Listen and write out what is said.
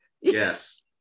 Yes